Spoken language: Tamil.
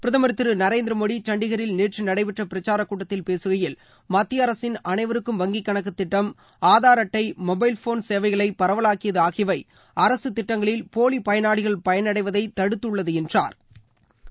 பிரதமர் திரு நரேந்திர மோடி சண்டிகரில் நேற்று நடைபெற்ற பிரச்சாரக் கூட்டத்தில் பேசுகையில் மத்திய அரசின் அனைவருக்கும் வங்கி கணக்கு திட்டம் ஆதார் அட்டை மொடைல் ஃபோன் சேவைகளை பரவலாக்கியது ஆகியவை அரசு திட்டங்களில் போலி பயனாளிகள் பயனடைவதை தடுத்துள்ளது என்றாா்